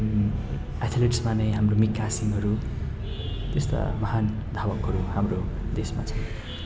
एथलिट्समा नै हाम्रो मिल्खा सिंहहरू त्यस्ता महान धावकहरू हाम्रो देशमा छन्